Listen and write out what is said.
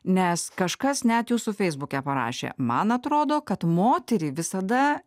nes kažkas net jūsų feisbuke parašė man atrodo kad moterį visada